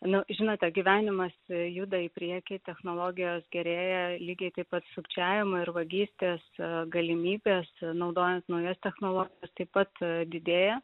nu žinote gyvenimas juda į priekį technologijos gerėja lygiai taip pat sukčiavimo ir vagystės galimybės naudojant naujas technologijas taip pat didėja